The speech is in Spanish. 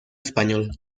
español